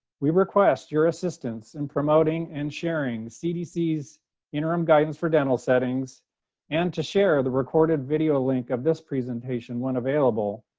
we request your assistance in promoting and sharing cdc's interim guidance for dental settings and to share the recorded video link of this presentation, when available,